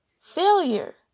failure